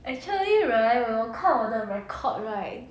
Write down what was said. actually right 我看我的 record right